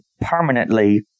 permanently